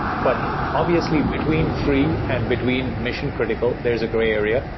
but, obviously, between free and between mission-critical, there is a gray area.